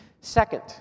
Second